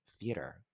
theater